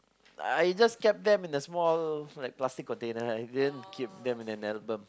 I just kept them in a small like plastic container I didn't keep them in an album